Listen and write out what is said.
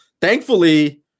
thankfully